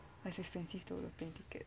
but it's expensive though their tickets